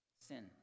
Sin